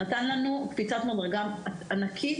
נתנה לנו קפיצת מדרגה ענקית,